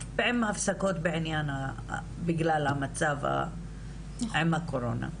עם הפסקות בעניין בגלל המצב עם הקורונה.